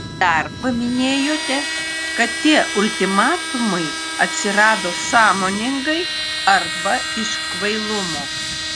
dar paminėjote kad tie ultimatumai atsirado sąmoningai arba iš kvailumo